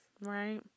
Right